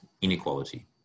inequality